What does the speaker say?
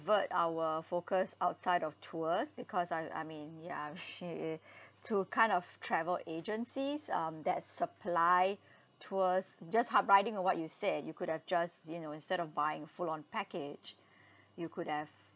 our focus outside of tours because I I mean ya she i~ to kind of travel agencies um that supply tours just hop riding on what you said you could have just you know instead of buying a full on package you could have